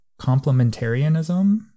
complementarianism